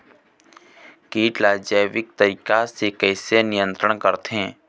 कीट ला जैविक तरीका से कैसे नियंत्रण करथे?